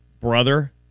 brother